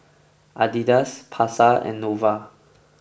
Adidas Pasar and Nova